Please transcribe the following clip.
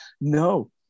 No